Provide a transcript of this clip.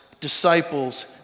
disciples